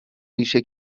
ریشه